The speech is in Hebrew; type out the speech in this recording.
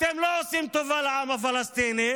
אתם לא עושים טובה לעם הפלסטיני.